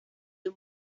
the